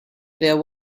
there